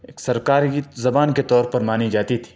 ایک سرکار کی زبان کے طور پر مانی جاتی تھی